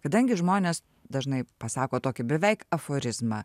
kadangi žmonės dažnai pasako tokį beveik aforizmą